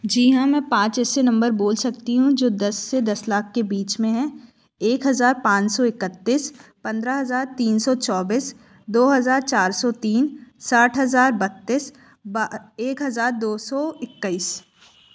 जी हाँ मैं पाँच ऐसे नंबर बोल सकती हूँ जो दस से दस लाख के बीच में हैं एक हजार पाँच सौ इकतीस पंद्रह हजार तीन सौ चौबीस दो हजार चार सो तीन साठ हजार बत्तीस एक हजार दो सौ इक्कीस